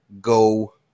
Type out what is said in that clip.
Go